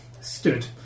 stood